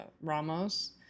Ramos